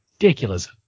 ridiculous